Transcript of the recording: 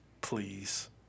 Please